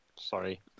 Sorry